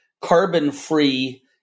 carbon-free